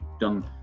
done